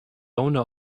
owner